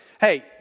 hey